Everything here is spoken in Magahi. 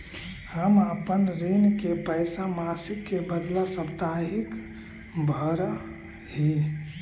हम अपन ऋण के पैसा मासिक के बदला साप्ताहिक भरअ ही